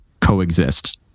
coexist